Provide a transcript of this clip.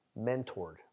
mentored